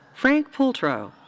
frank pultro.